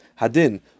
Hadin